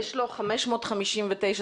אבל יש לו 559 צפיות.